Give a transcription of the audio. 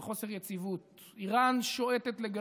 של חוסר יציבות.